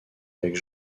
avec